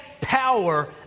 power